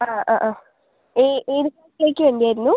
ആ ആ അ ഏത് ലേക്ക് വേണ്ടി ആയിരുന്നു